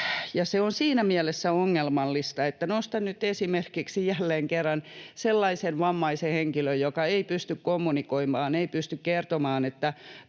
se on siinä mielessä ongelmallista, että nostan nyt esimerkiksi jälleen kerran sellaisen vammaisen henkilön, joka ei pysty kommunikoimaan, ei pysty kertomaan,